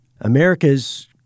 America's